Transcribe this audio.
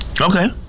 Okay